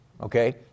okay